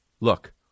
Look